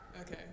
Okay